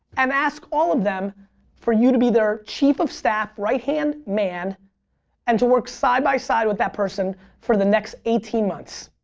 um ask all of them for you to be there chief of staff, right-hand man and to work side-by-side with that person for the next eighteen months.